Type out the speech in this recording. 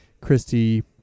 Christy